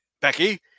Becky